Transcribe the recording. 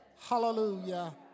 hallelujah